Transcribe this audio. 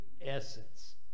essence